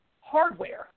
hardware